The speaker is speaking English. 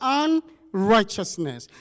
unrighteousness